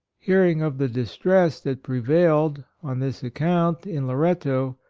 hearing of the distress that pre vailed, on this account, in loretto,